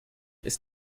ist